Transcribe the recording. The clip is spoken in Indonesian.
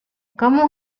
kamu